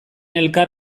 elkar